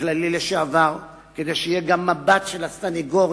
כללי לשעבר, כדי שיהיה גם מבט של הסניגוריה,